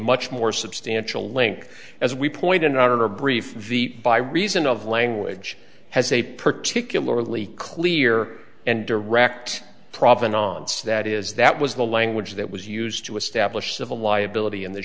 much more substantial link as we pointed out in our brief the by reason of language has a particularly clear and direct provenance that is that was the language that was used to establish civil liability in the